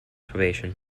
probation